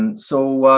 and so,